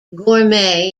gourmet